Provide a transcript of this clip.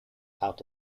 out